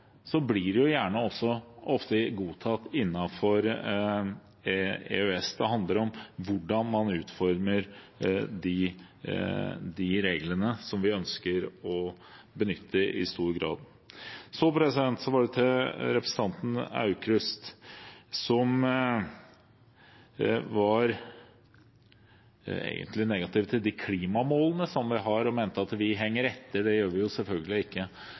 blir det ofte godtatt innenfor EØS. Det handler om hvordan man utformer de reglene som vi ønsker å benytte i stor grad. Så var det til representanten Aukrust, som egentlig var negativ til de klimamålene som vi har, og mente at vi henger etter. Det gjør vi selvfølgelig ikke.